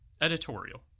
Editorial